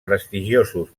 prestigiosos